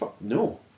no